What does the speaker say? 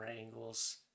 angles